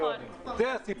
נכון.